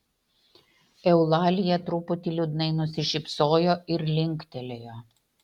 eulalija truputį liūdnai nusišypsojo ir linktelėjo